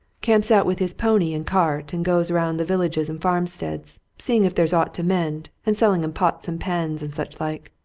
camps out with his pony and cart, and goes round the villages and farmsteads, seeing if there's aught to mend, and selling em pots and pans and such-like.